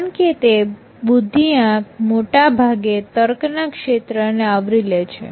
કારણ કે તે બુદ્ધિઆંક મોટાભાગે તર્કના ક્ષેત્રને આવરી લે છે